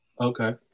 Okay